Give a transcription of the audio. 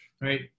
right